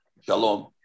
shalom